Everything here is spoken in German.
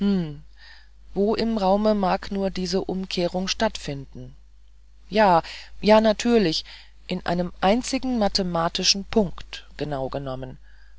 wo im raume mag nur diese umkehrung stattfinden ja ja natürlich in einem einzigen mathematischen punkt genaugenommen